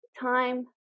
time